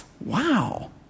wow